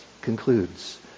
concludes